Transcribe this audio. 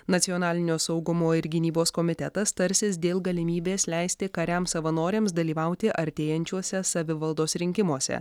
nacionalinio saugumo ir gynybos komitetas tarsis dėl galimybės leisti kariams savanoriams dalyvauti artėjančiuose savivaldos rinkimuose